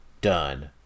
done